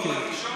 שימוש.